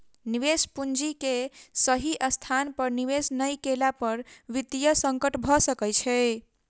निवेश पूंजी के सही स्थान पर निवेश नै केला पर वित्तीय संकट भ सकै छै